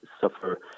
suffer